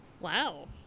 Wow